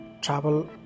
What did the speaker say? travel